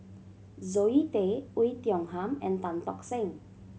Zoe Tay Oei Tiong Ham and Tan Tock Seng